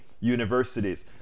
universities